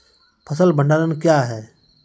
फसल भंडारण क्या हैं?